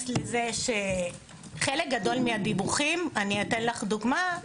לזה שחלק גדול מהדיווחים אני אתן לך דוגמה,